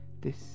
this